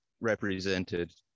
represented